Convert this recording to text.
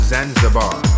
Zanzibar